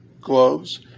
gloves